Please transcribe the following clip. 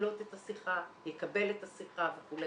שיקלוט את השיחה, יקבל את השיחה וכו'.